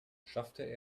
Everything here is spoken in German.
schaffte